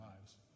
lives